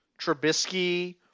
Trubisky